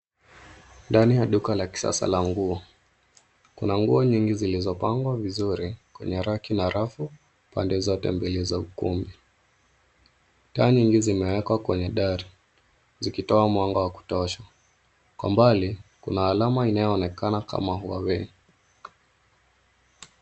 Dani ya duka la kisasa la nguo, kuna nguo nyingi zilizopangwa vizuri kwenye raki na rafu pande zote mbili za ukumbi. Taa nyingi zimewekwa kwenye dari zikitoa mwanga wa kutosha. Kwa mbali kuna alama inayoonekana kama Huawei.